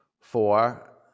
four